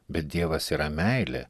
bet dievas yra meilė